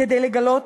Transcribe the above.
כדי לגלות